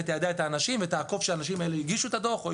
שתיידע את האנשים ותעקוב שהאנשים האלה הגישו את הדוח.